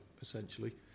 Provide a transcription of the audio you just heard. essentially